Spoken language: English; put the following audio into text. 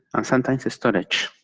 and sometimes storage,